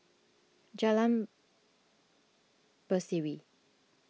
Jalan Berseri